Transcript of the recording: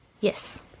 Yes